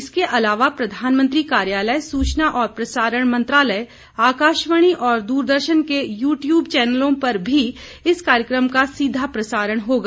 इसके अलावा प्रधानमंत्री कार्यालय सूचना और प्रसारण मंत्रालय आकाशवाणी और दूरदर्शन के यूट्यूब चैनलों पर भी इस कार्यक्रम का सीधा प्रसारण होगा